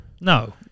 No